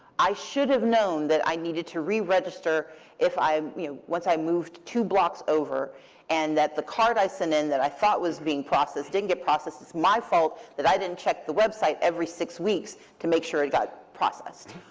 i should have known that i needed to re-register i mean once i moved two blocks over and that the card i sent in that i thought was being processed didn't get processed. it's my fault that i didn't check the website every six weeks to make sure it got processed.